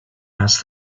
asked